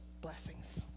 Blessings